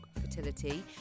fertility